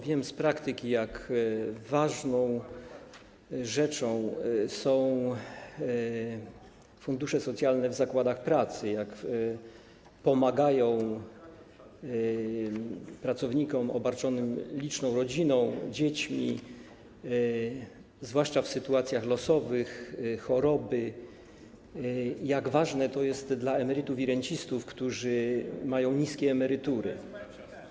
Wiem z praktyki, jak ważną rzeczą są fundusze socjalne w zakładach pracy, jak pomagają pracownikom obarczonym liczną rodziną, dziećmi, zwłaszcza w sytuacjach losowych, w przypadku choroby, jak ważne to jest dla emerytów i rencistów, którzy mają niskie emerytury.